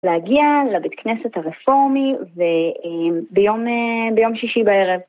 להגיע לבית כנסת הרפורמי ו אההם ביום אה ביום שישי בערב.